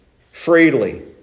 freely